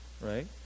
right